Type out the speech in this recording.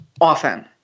often